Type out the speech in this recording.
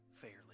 fairly